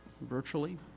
virtually